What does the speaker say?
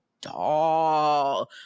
doll